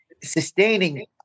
sustaining